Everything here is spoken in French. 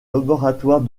laboratoire